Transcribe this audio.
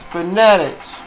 Fanatics